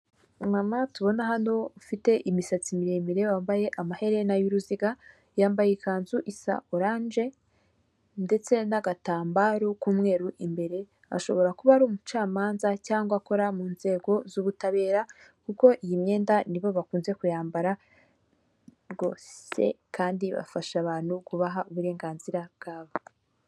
Umumama tubona hano ufite imisatsi miremire wambaye amaherena y'uruziga yambaye ikanzu isa oranje ndetse n'agatambaro k'umweru imbere, ashobora kuba ari umucamanza cyangwa akora mu nzego z'ubutabera, kuko iyi myenda nibo bakunze kuyambara, rwose kandi bafasha abantu kubaha uburenganzira bwabo.